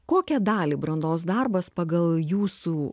kokią dalį brandos darbas pagal jūsų